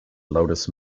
lotus